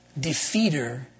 defeater